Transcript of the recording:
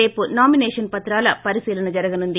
రేపు నామిసేషన్ పత్రాల పరిశీలన జరగనుంది